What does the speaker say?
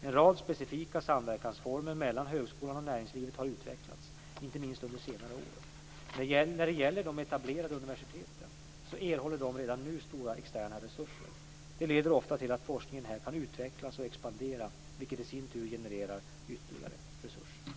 En rad specifika samverkansformer mellan högskolan och näringslivet har utvecklats, inte minst under senare år. När det gäller de etablerade universiteten erhåller de redan nu stora externa resurser. Detta leder ofta till att forskningen här kan utvecklas och expandera, vilket i sin tur genererar ytterligare resurser.